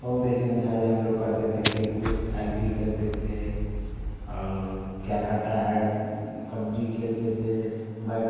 बहुत अइसन था जो हम लोग करते थे खेल कूद साल्टी खेलते थे और क्या कहता है कबड्डी खेलते थे बैट